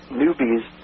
newbies